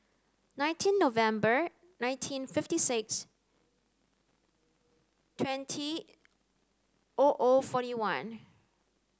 nineteen November nineteen fifty six twenty O O forty one